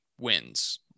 wins